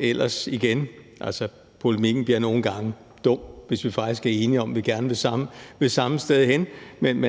jeg sige, at polemikken nogle gange bliver dum, hvis vi faktisk er enige om, at vi gerne vil samme sted hen. Men